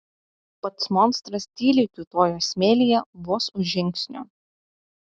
pats monstras tyliai kiūtojo smėlyje vos už žingsnio